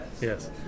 Yes